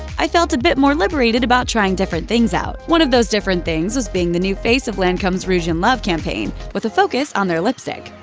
i've felt a bit more liberated about trying different things out. one of those different things was being the new face of lancome's rouge in love campaign, with a focus on their lipstick.